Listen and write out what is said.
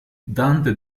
dante